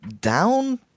down